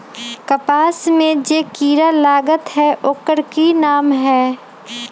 कपास में जे किरा लागत है ओकर कि नाम है?